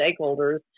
stakeholders